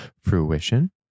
fruition